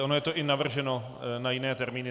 Ono je to i navrženo na jiné termíny.